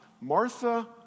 Martha